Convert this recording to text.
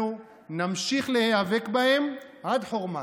אנחנו נמשיך להיאבק בהם עד חורמה,